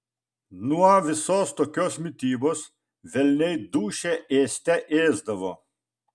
nuo visos tokios mitybos velniai dūšią ėste ėsdavo